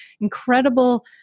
incredible